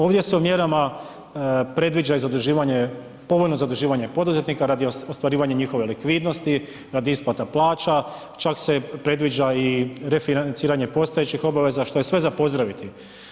Ovdje se mjerama predviđa i zaduživanje, povoljno zaduživanje poduzetnika radi ostvarivanja likvidnosti, radi isplata plaća, čak se predviđa i refinanciranje postojećih obaveza što je sve za pozdraviti.